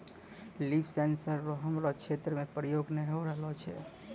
लिफ sensor रो हमरो क्षेत्र मे प्रयोग नै होए रहलो छै